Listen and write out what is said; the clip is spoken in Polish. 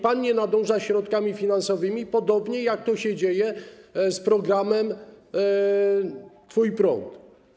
Pan nie nadąża ze środkami finansowymi, podobnie jak to się dzieje z programem „Twój prąd”